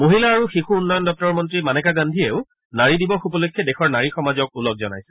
মহিলা আৰু শিশু উন্নয়ন মন্ত্ৰী মানেকা গান্ধীয়েও নাৰী দিৱস উপলক্ষে দেশৰ নাৰী সমাজক ওলগ জনাইছে